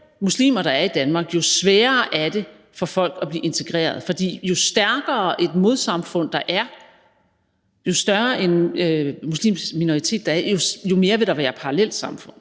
muslimer der er i Danmark, jo sværere er det for folk at blive integreret. For jo stærkere et modsamfund der er; jo større en muslimsk minoritet der er, jo mere vil der være parallelsamfund.